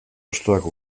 hostoak